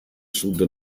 sud